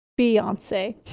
Beyonce